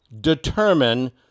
determine